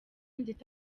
ndetse